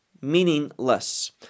meaningless